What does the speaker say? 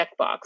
checkbox